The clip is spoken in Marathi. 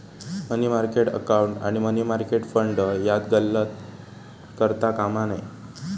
मनी मार्केट अकाउंट आणि मनी मार्केट फंड यात गल्लत करता कामा नये